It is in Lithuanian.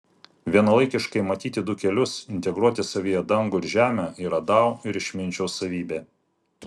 vienalaikiškai matyti du kelius integruoti savyje dangų ir žemę yra dao ir išminčiaus savybė